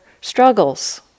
struggles